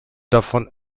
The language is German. davon